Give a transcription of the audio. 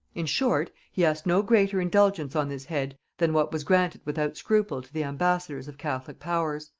in short, he asked no greater indulgence on this head than what was granted without scruple to the ambassadors of catholic powers.